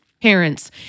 parents